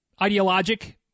ideologic